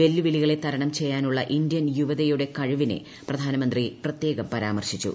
വെല്ലുവിളികളെ തരണം ചെയ്യാനുള്ള ഇന്ത്യൻ യുവതയുടെ കഴിവിനെ പ്രധാനമന്ത്രി പ്രത്യേകം പരാമർശിച്ചു